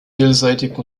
vielseitig